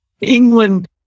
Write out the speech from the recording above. England